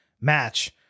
match